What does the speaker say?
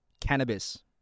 cannabis